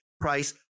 price